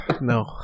No